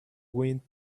wind